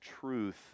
truth